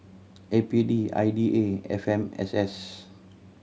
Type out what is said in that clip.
A P D I D A and F M S S